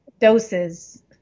doses